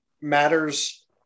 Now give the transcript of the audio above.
matters